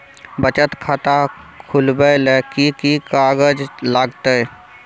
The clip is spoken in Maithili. बचत खाता खुलैबै ले कि की कागज लागतै?